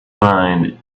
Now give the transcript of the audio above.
mind